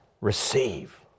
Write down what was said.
receive